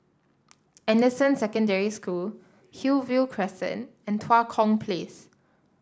Anderson Secondary School Hillview Crescent and Tua Kong Place